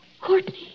Courtney